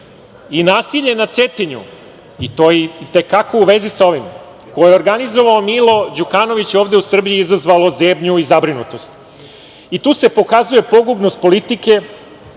Nasilje na Cetinju, to je i te kako u vezi sa ovim, koje je organizovao Milo Đukanović, je ovde u Srbiji izazvalo zebnju i zabrinutost. Tu se pokazuje pogubnost politike